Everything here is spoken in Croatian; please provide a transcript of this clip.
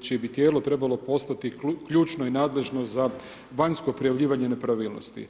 čije bi tijelo trebalo postati ključno i nadležno za vanjsko prijavljivanje nepravilnosti.